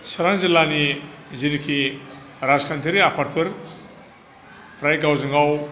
सिरां जिल्लानि जिनोखि राजखान्थियारि आफादफोर फ्राय गावजों गाव